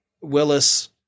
Willis